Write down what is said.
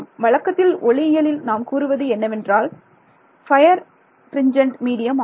வழக்கத்தில் ஒளியியலில் நாம் கூறுவது என்னவென்றால் பயர் பிரிஞ்சன்ட் மீடியம் ஆகும்